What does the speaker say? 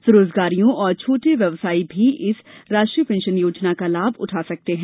स्वरोजगारियों और छोटे व्यवसायी भी इस राष्ट्रीय पेंशन योजना का लाभ उठा सकते हैं